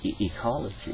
Ecology